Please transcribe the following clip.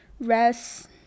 rest